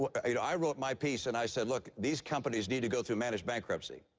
i wrote my piece and i said look, these companies need to go through managed bankruptcy.